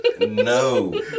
No